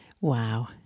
Wow